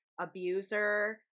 abuser